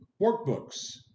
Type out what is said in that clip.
workbooks